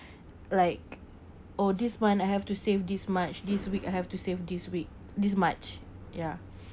like oh this one I have to save this much this week I have to save this week this much ya